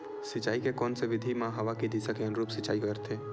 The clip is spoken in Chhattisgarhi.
सिंचाई के कोन से विधि म हवा के दिशा के अनुरूप सिंचाई करथे?